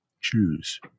choose